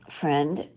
friend